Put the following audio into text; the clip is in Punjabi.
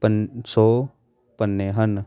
ਪੰਜ ਸੌ ਪੰਨੇ ਹਨ